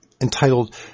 entitled